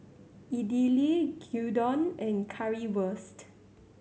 Idili Gyudon and Currywurst